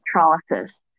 electrolysis